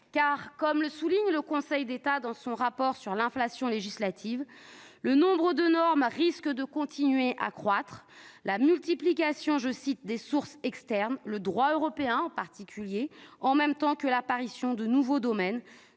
». Comme le souligne le Conseil d'État dans son rapport sur l'inflation législative, le nombre des normes risque de continuer à croître : la « multiplication des sources externes, le droit européen en particulier, en même temps que l'apparition de nouveaux domaines